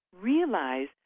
realize